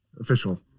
Official